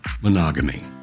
monogamy